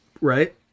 right